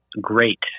great